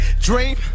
dream